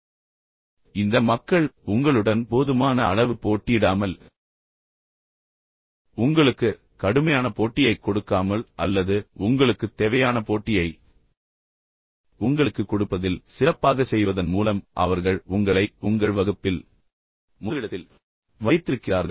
இப்போது இந்த மக்கள் ஒன்றாக அவர்கள் உங்களுக்கு அந்த வெற்றியை அளித்துள்ளனர் உங்களுடன் போதுமான அளவு போட்டியிடாமல் உங்களுக்கு கடுமையான போட்டியைக் கொடுக்காமல் அல்லது உங்களுக்குத் தேவையான போட்டியை உங்களுக்குக் கொடுப்பதில் சிறப்பாகச் செய்வதன் மூலம் அவர்கள் உங்களை உங்கள் வகுப்பில் முதலிடத்தில் வைத்திருக்கிறார்கள்